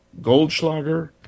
Goldschlager